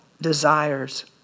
desires